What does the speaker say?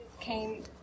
came